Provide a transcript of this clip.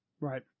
Right